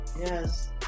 Yes